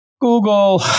Google